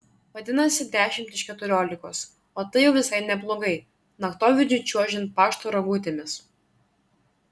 vadinasi dešimt iš keturiolikos o tai jau visai neblogai naktovidžiu čiuožiant pašto rogutėmis